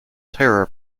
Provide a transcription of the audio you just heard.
terror